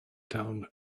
town